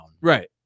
Right